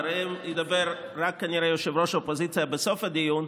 ואחריהם כנראה ידבר רק יושב-ראש האופוזיציה בסוף הדיון,